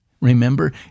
remember